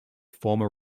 former